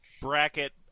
Bracket